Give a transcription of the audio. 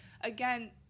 again